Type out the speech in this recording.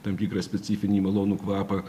tam tikrą specifinį malonų kvapą